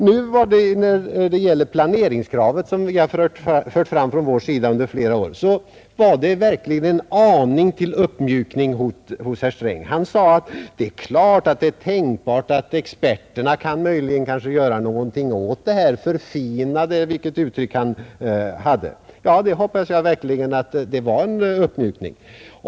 När det gäller planeringskravet som vi fört fram från vår sida under flera år, kunde man faktiskt iakttaga en aning till uppmjukning hos herr Sträng. Han sade att det är tänkbart att experterna kan göra något, förfina det hela — vilket uttryck det nu var som han använde. Jag hoppas verkligen att det var en uppmjukning.